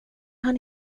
han